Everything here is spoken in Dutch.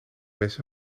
mes